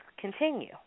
continue